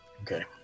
Okay